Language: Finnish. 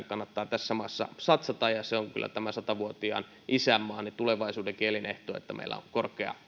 kannattaa tässä maassa satsata se on kyllä tämän sata vuotiaan isänmaan ja tulevaisuudenkin elinehto että meillä on korkeaa